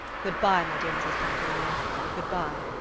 good-by, my dear mrs. pontellier good-by.